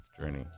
journey